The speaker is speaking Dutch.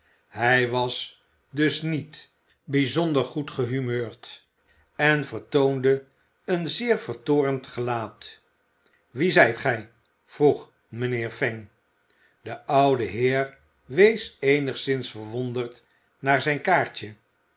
hij was dus niet bijzonder goed gehumeurd en vertoonde een zeer vertoornd gelaat wie zijt gij vroeg mijnheer fang de oude heer wees eenigszins verwonderd naar zijn kaartje